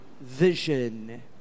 vision